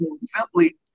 simply